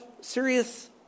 serious